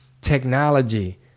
technology